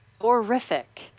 horrific